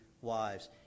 wives